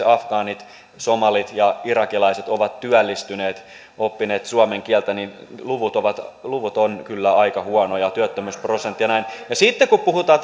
afgaanit somalit ja irakilaiset ovat työllistyneet oppineet suomen kieltä niin luvut ovat luvut ovat kyllä aika huonoja työttömyysprosentti ja näin ja sitten kun puhutaan